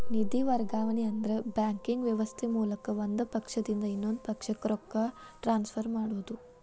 ನಿಧಿ ವರ್ಗಾವಣೆ ಅಂದ್ರ ಬ್ಯಾಂಕಿಂಗ್ ವ್ಯವಸ್ಥೆ ಮೂಲಕ ಒಂದ್ ಪಕ್ಷದಿಂದ ಇನ್ನೊಂದ್ ಪಕ್ಷಕ್ಕ ರೊಕ್ಕ ಟ್ರಾನ್ಸ್ಫರ್ ಮಾಡೋದ್